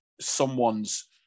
someone's